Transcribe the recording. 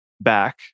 back